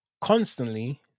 constantly